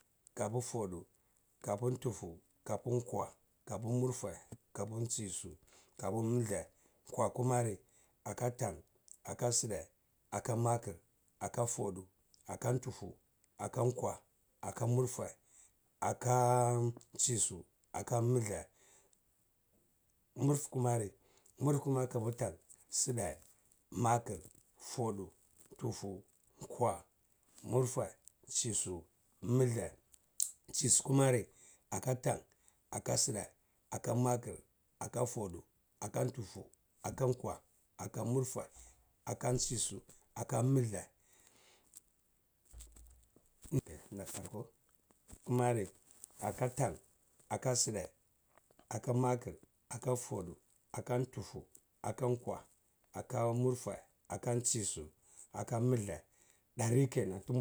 Kabu fodu, kabu tufu. kabu kwa, kabu murfeh, kabu ntsisu, kalbu mulde, kwa kumara, aka tan, akan side, akan maker, akan fodu, akan tura, akan kwa, akan murfeh, aka ntsisu, akan mulde, murfu kumara, murfu kumara kabu tan, si de, maker. Fodu, tufu, kwa, murfeh ntsisu mulde, ntsisu kumara, aka tan, aka side, akan maker, akan fodu, akan tufu, akan kwa, akan murfeh, akan ntsisu, akan mulde, ntsisu kenan ko, akan tan, akan side, akan maker akan fodu, akan tufu, akan kwa, akan murfeh akan ntsisu, dari kenan.